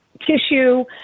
tissue